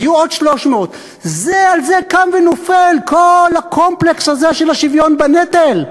אז יהיו עוד 300. על זה קם ונופל כל הקומפלקס הזה של השוויון בנטל?